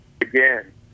again